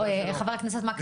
חבר הכנסת מקלב,